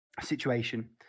situation